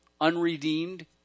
unredeemed